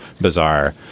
bizarre